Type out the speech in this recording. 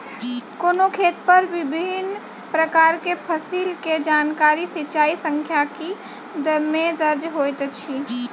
कोनो खेत पर विभिन प्रकार के फसिल के जानकारी सिचाई सांख्यिकी में दर्ज होइत अछि